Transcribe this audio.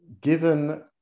given